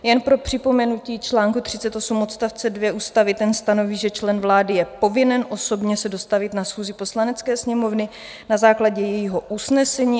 Jen pro připomenutí čl. 38 odst. 2 ústavy: Ten stanoví, že člen vlády je povinen osobně se dostavit na schůzi Poslanecké sněmovny na základě jejího usnesení.